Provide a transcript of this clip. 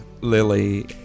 Lily